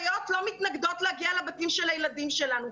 לא מתנגדות להגיע לבתים של הילדים שלנו.